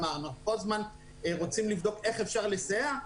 אנחנו כל הזמן רוצים לבדוק איך אפשר לסייע.